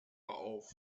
auf